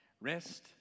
Rest